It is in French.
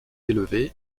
élevées